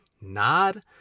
nod